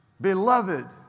Beloved